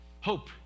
Hope